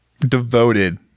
Devoted